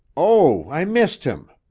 oh, i missed him!